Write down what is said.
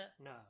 No